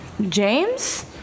James